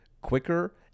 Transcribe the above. quicker